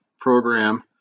program